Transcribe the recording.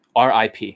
RIP